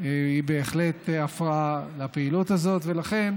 הוא בהחלט הפרעה לפעילות הזאת, ולכן,